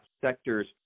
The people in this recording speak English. sectors